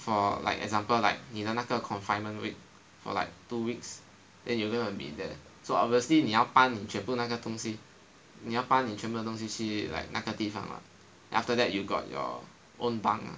for like example like 你的那个 confinement week for like two weeks then you gonna be there so obviously 你要般你全部那个东西你要般你全部的东西去 like 那个地方 [what] then after that you got your own bunk ah